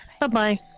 Bye-bye